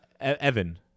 Evan